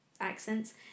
Accents